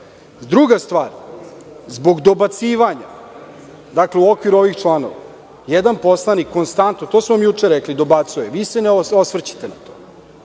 stvar, zbog dobacivanja, dakle u okviru ovih članova, jedan poslanik konstantno, to su vam juče rekli, dobacuje. Vi se ne osvrćete na to.